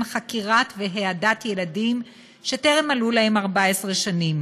חקירת והעדת ילדים שטרם מלאו להם 14 שנים.